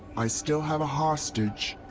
i still have a hostage.